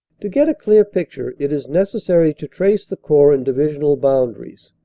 to get a clear picture it is necessary to trace the corps and divisional boundaries.